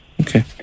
Okay